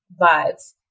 vibes